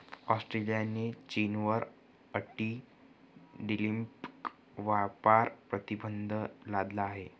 ऑस्ट्रेलियाने चीनवर anti dumping व्यापार प्रतिबंध लादला आहे